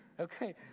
okay